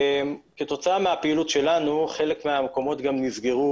כתוצאה מהפעילות שלנו חלק מהמקומות גם נסגרו